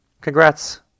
congrats